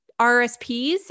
RSPs